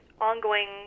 ongoing